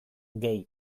gay